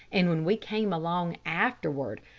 and when we came along afterward,